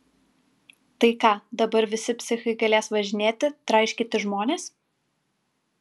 tai ką dabar visi psichai galės važinėti traiškyti žmones